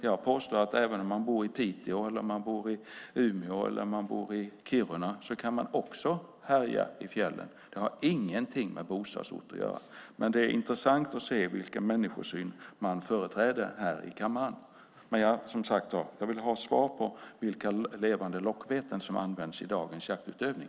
Jag påstår att även om man bor i Piteå, Umeå eller Kiruna kan man härja i fjällen. Det har ingenting med bostadsort att göra. Men det är intressant att se vilken människosyn man företräder här i kammaren. Jag vill som sagt ha svar på vilka levande lockbeten som används i dagens jaktutövning.